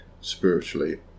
spiritually